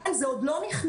לכן זה עוד לא נכנס,